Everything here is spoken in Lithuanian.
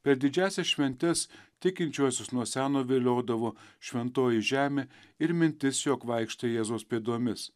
per didžiąsias šventes tikinčiuosius nuo seno viliodavo šventoji žemė ir mintis jog vaikštai jėzaus pėdomis